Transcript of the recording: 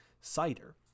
cider